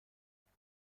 باشه